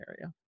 area